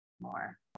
more